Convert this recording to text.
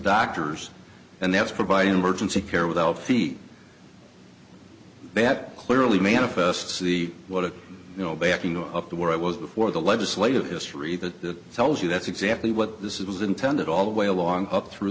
doctors and that's providing emergency care without feet that clearly manifest see what you know backing up to where i was before the legislative history that tells you that's exactly what this is was intended all the way along up through